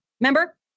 Remember